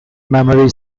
memory